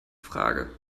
frage